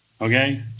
Okay